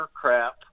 crap